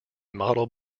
model